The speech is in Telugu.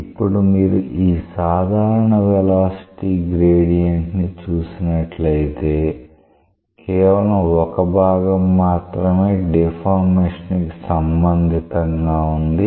ఇప్పుడు మీరు ఈ సాధారణ వెలాసిటీ గ్రేడియంట్ ని చూసినట్లయితే కేవలం ఒక భాగం మాత్రమే డిఫార్మేషన్ కి deformation సంబంధితంగా ఉంది